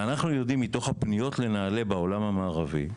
מתוך הפניות לנעל"ה בעולם המערבי,